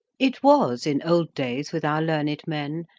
it was in old days, with our learned men,